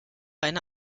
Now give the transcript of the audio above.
eine